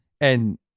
And-